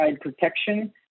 protection